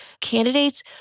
candidates